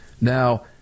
Now